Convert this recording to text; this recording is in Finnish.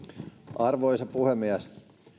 arvoisa puhemies